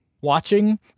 watching